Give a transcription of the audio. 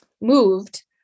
moved